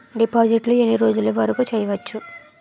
డిపాజిట్లు ఎన్ని రోజులు వరుకు చెయ్యవచ్చు?